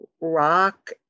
rock